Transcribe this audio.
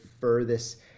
furthest